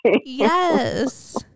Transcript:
Yes